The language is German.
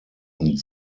und